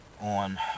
on